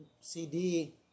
CD